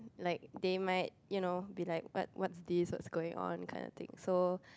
like they might you know be like what what's this what's going on kind of thing so